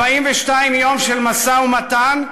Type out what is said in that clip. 42 יום של משא-ומתן,